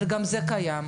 אבל גם זה קיים.